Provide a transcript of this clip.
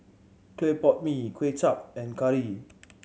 clay pot mee Kway Chap and curry